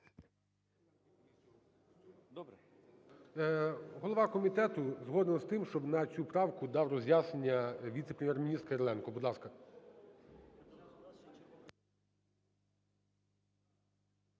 Голова комітету згоден з тим, щоб на цю правку дав роз'яснення віце-прем'єр-міністр Кириленко, будь ласка.